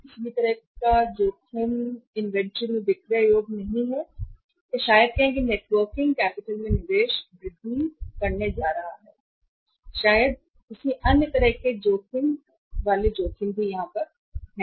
किसी भी तरह का कहने का जोखिम इन्वेंट्री बिक्री योग्य नहीं है या शायद कहें कि नेटवर्किंग कैपिटल में निवेश है वृद्धि करने जा रहा है या शायद किसी अन्य तरह के जोखिम के जोखिम वाले जोखिम भी हैं